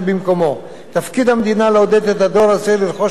תפקיד המדינה לעודד את הדור הצעיר לרכוש השכלה גבוהה,